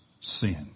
sin